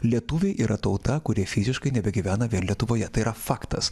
lietuviai yra tauta kurie fiziškai nebegyvena vien lietuvoje tai yra faktas